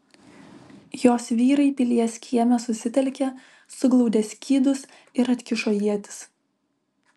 jos vyrai pilies kieme susitelkė suglaudė skydus ir atkišo ietis